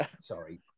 Sorry